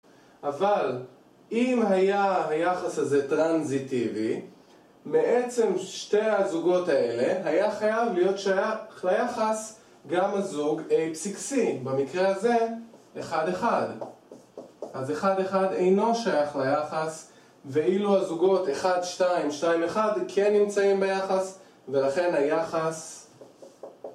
אבל אם היה היחס הזה טרנזיטיבי, בעצם שתי הזוגות האלה, היה חייב להיות שייך ליחס גם הזוג A6C, במקרה הזה 1-1 אז 1-1 אינו שייך ליחס, ואילו הזוגות 1-2-2-1 כן נמצאים ביחס, ולכן היחס